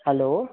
hello